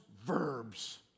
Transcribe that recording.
verbs